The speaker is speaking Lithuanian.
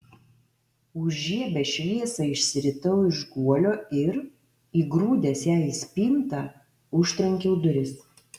užžiebęs šviesą išsiritau iš guolio ir įgrūdęs ją į spintą užtrenkiau duris